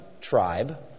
tribe